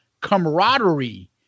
camaraderie